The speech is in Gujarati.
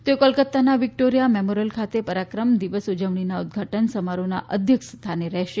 તેઓ કોલકાતાના વિક્ટોરિયા મેમોરિયલ ખાતે પરાક્રમ દીવસ ઉજવણીના ઉદ્વાટન સમારોહના અધ્યક્ષ સ્થાને રહેશે